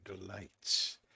delights